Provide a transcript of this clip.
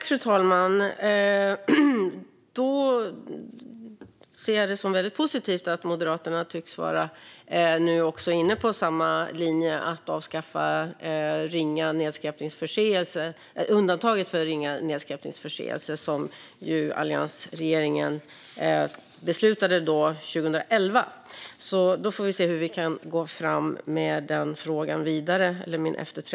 Fru talman! Jag ser det som positivt att Moderaterna tycks vara inne på samma linje, nämligen att avskaffa undantaget för ringa nedskräpningsförseelse, som ju alliansregeringen beslutade om 2011. Då får vi se hur min efterträdare kan gå fram med den frågan.